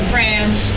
France